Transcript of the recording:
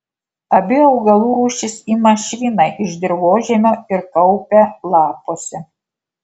abi augalų rūšys ima šviną iš dirvožemio ir kaupia lapuose